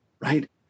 right